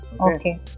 Okay